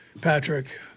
Patrick